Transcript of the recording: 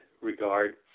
regard